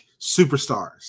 superstars